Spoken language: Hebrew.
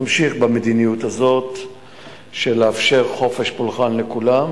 נמשיך במדיניות הזאת של לאפשר חופש פולחן לכולם,